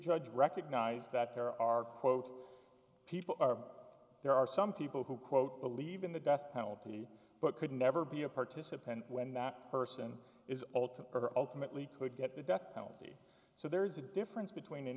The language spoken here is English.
judge recognized that there are quote people are there are some people who quote believe in the death penalty but could never be a participant when that person is all to or ultimately could get the death penalty so there's a difference between an